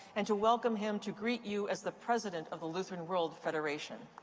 and to welcome him to greet you as the president of the lutheran world federation.